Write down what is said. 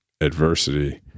adversity